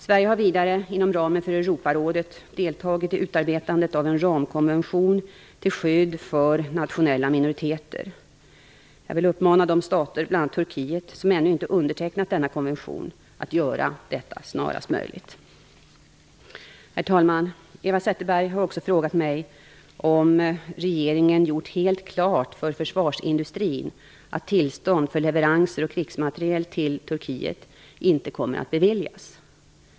Sverige har vidare, inom ramen för Europarådet, deltagit i utarbetandet av en ramkonvention till skydd för nationella minoriteter. Jag vill uppmana de stater, bl.a. Turkiet, som ännu inte undertecknat denna konvention att göra detta snarast möjligt. Herr talman! Eva Zettterberg har också frågat mig om regeringen gjort helt klart för försvarsindustrin att tillstånd för leverans av krigsmateriel till Turkiet inte kommer att beviljas.